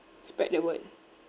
spread the word